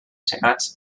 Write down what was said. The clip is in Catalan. segats